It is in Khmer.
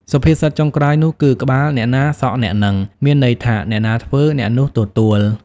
សុភាសិតចុងក្រោយនោះគឺ ក្បាលអ្នកណាសក់អ្នកហ្នឹង មានន័យថា អ្នកណាធ្វើ អ្នកនោះទទួល ។